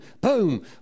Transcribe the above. boom